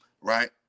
right